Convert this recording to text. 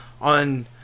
on